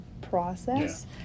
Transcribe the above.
process